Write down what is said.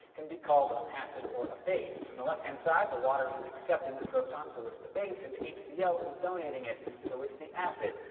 can be called an acid or a base. on and the left hand side, the water is accepting the proton so it's the base, and hcl is donating it, so it's the acid.